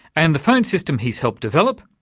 and the phone system he's helped develop,